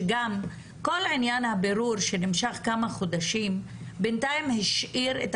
גם כל העניין הבירור שנמשך כמה חודשים בינתיים השאיר את